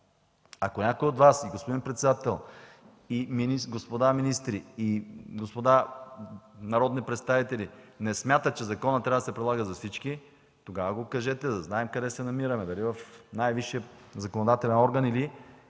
Ако някои от Вас, господин председател, господа министри и господа народни представители, не смятате, че законът не трябва да се прилага за всички, тогава го кажете, за да знаем къде се намираме – дали в най-висшия законодателен орган, или,